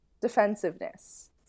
defensiveness